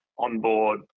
onboard